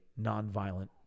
nonviolent